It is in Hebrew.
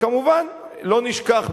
וכמובן לא נשכח,